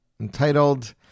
entitled